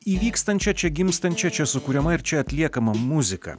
įvykstančia čia gimstančia čia sukuriama ir čia atliekama muzika